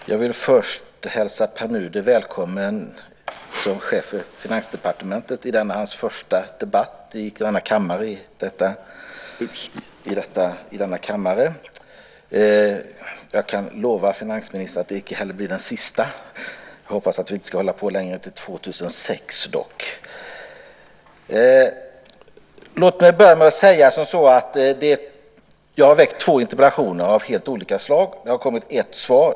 Herr talman! Jag vill först hälsa Pär Nuder välkommen till hans första debatt i denna kammare som chef för Finansdepartementet. Jag kan lova finansministern att det inte heller blir den sista. Jag hoppas dock att vi inte ska hålla på längre än till 2006. Jag har väckt två interpellationer av helt olika slag. Det har kommit ett svar.